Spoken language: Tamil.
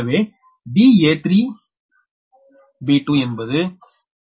எனவே da3b2 என்பது 0